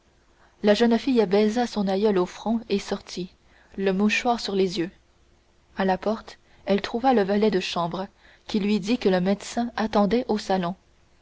la jeune fille baisa son aïeule au front et sortit le mouchoir sur les yeux à la porte elle trouva le valet de chambre qui lui dit que le médecin attendait au salon